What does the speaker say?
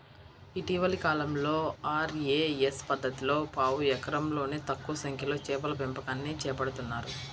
ఇటీవలి కాలంలో ఆర్.ఏ.ఎస్ పద్ధతిలో పావు ఎకరంలోనే ఎక్కువ సంఖ్యలో చేపల పెంపకాన్ని చేపడుతున్నారు